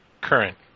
current